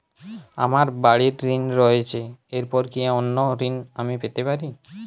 আমার বাড়ীর ঋণ রয়েছে এরপর কি অন্য ঋণ আমি পেতে পারি?